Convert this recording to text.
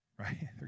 right